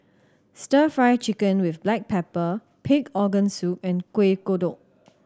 Stir Fry Chicken with black pepper pig organ soup and Kuih Kodok